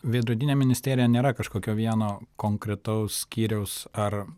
veidrodinė ministerija nėra kažkokio vieno konkretaus skyriaus ar